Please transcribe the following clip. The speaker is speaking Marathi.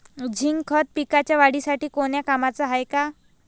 झिंक खत पिकाच्या वाढीसाठी कोन्या कामाचं हाये?